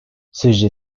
sizce